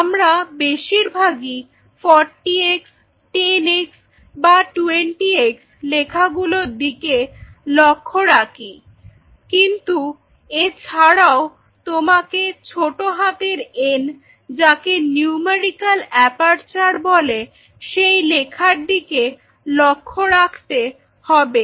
আমরা বেশিরভাগই 40X 10X বা 20X লেখাগুলোর দিকে লক্ষ্য রাখি কিন্তু Refer Time 0143 এছাড়াও তোমাকে ছোট হাতের এন যাকে নিউমেরিক্যাল অ্যাপারচার বলে সেই লেখার দিকে লক্ষ্য রাখতে হবে